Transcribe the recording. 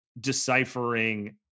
deciphering